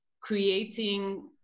creating